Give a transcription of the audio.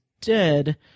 dead